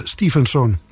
Stevenson